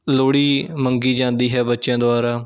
ਲੋਹੜੀ ਮੰਗੀ ਜਾਂਦੀ ਹੈ ਬੱਚਿਆਂ ਦੁਆਰਾ